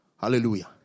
Hallelujah